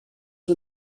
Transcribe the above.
who